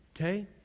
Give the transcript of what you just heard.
okay